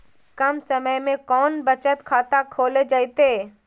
कम समय में कौन बचत खाता खोले जयते?